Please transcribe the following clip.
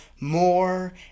more